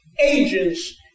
agents